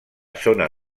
zona